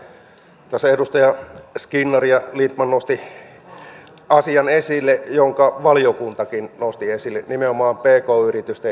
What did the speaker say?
tässä edustaja skinnari ja lindtman nostivat esille asian jonka valiokuntakin nosti esille nimenomaan pk yritysten viennin rahoituksen